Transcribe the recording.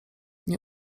nie